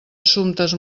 assumptes